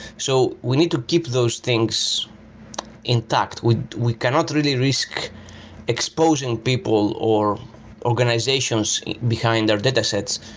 so we need to keep those things intact we we cannot really risk exposing people or organizations behind our datasets.